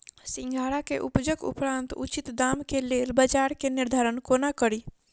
सिंघाड़ा केँ उपजक उपरांत उचित दाम केँ लेल बजार केँ निर्धारण कोना कड़ी?